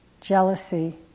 jealousy